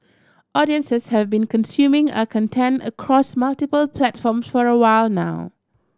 audiences have been consuming our content across multiple platforms for a while now